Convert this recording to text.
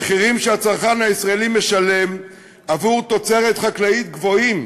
המחירים שהצרכן הישראלי משלם עבור תוצרת חקלאית גבוהים,